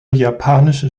japanische